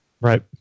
Right